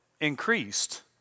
increased